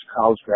college